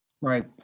right